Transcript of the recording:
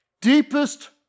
deepest